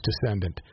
descendant